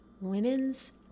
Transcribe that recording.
women's